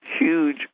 huge